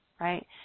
right